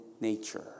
nature